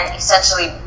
essentially